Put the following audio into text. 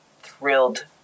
thrilled